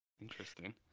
Interesting